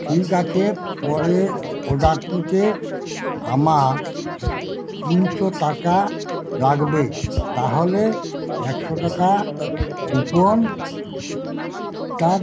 ঠিক আছে পরের অর্ডারটিতে আমার তিনশো টাকা লাগবে তাহলে একশো টাকা কুপনটা